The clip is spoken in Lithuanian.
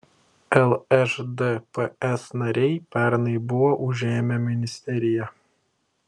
lšdps nariai pernai buvo užėmę ministeriją